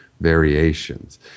variations